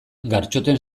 gartxoten